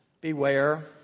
Beware